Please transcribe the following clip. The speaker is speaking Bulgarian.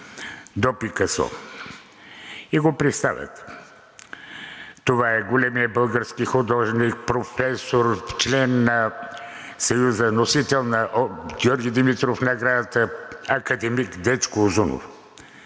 до Пикасо и го представят – това е големият български художник, професор, член на Съюза, носител на „Георги Димитров“ наградата, академик Дечко Узунов.